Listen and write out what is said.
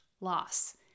loss